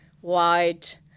white